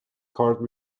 cart